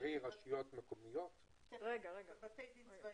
קרי בתי דין צבאיים,